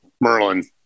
Merlin